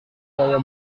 gaya